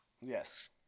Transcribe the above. yes